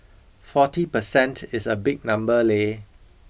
forty per cent is a big number leh